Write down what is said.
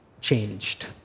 changed